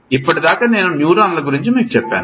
ఇప్పటి దాకా నేను న్యూరానల గురించి మీకు చెప్పాను